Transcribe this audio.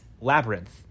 Labyrinth